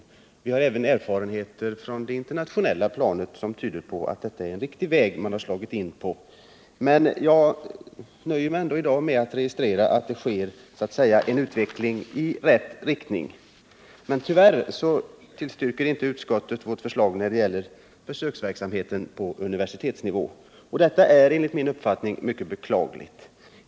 Det finns även erfarenheter från det internationella planet som tyder på att det är en riktig väg som vi slagit in på. Men jag nöjer mig ändå i dag med att registrera att det sker en utveckling i rätt riktning. Tyvärr tillstyrker inte utskottet vårt förslag när det gäller försöksverksamhet på universitetsnivå, och det är enligt min uppfattning mycket beklagligt.